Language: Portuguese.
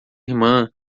irmã